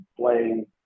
playing